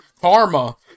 Karma